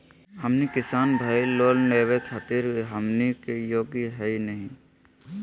हमनी किसान भईल, लोन लेवे खातीर हमनी के योग्य हई नहीं?